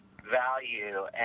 value